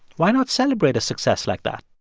why not celebrate a success like that?